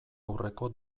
aurreko